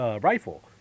rifle